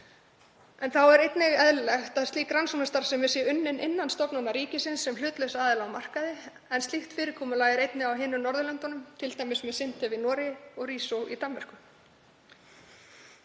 En þá er einnig eðlilegt að slík rannsóknastarfsemi sé unnin innan stofnana ríkisins sem hlutlauss aðila á markaði. Slíkt fyrirkomulag er einnig á hinum Norðurlöndunum, t.d. með SINTEF í Noregi og Riso í Danmörku.